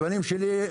הבנים שלי,